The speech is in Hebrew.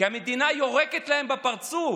כי המדינה יורקת להם בפרצוף